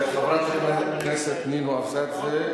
חברת הכנסת נינו אבסדזה,